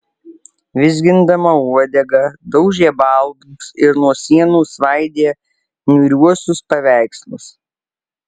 vizgindama uodegą daužė baldus ir nuo sienų svaidė niūriuosius paveikslus